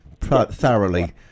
thoroughly